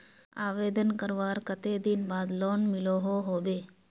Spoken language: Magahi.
आवेदन करवार कते दिन बाद लोन मिलोहो होबे?